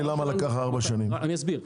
אני אסביר.